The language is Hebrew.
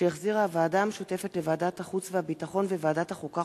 שהחזירה הוועדה המשותפת לוועדת החוץ והביטחון וועדת החוקה,